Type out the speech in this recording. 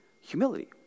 humility